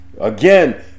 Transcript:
again